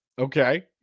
Okay